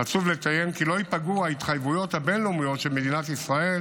חשוב לציין כי לא ייפגעו ההתחייבויות הבין-לאומיות של מדינת ישראל